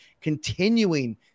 continuing